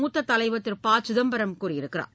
மூத்தத் தலைவர் திரு ப சிதம்பரம் கூறியிருக்கிறார்